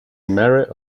merit